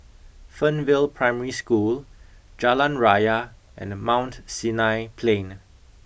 Fernvale Primary School Jalan Raya and Mount Sinai Plain